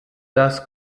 das